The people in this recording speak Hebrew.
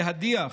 להדיח